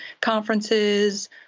conferences